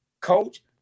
coach